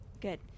good